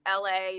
LA